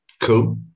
cool